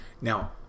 now